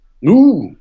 No